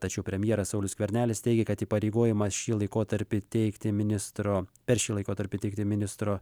tačiau premjeras saulius skvernelis teigia kad įpareigojimą šį laikotarpį teikti ministro per šį laikotarpį teikti ministro